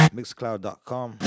Mixcloud.com